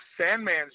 Sandman's